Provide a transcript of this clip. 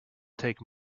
take